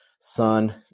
son